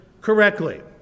correctly